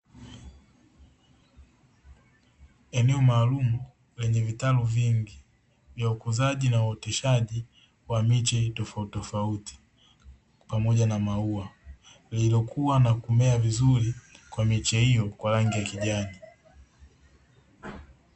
Eneo maalumu lenye vitalu vingi vya ukuzaji na uoteshaji wa miche tofautitofauti pamoja na maua. Lililokua na kumea vizuri kwa miche hiyo kwa rangi ya kijani.